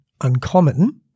uncommon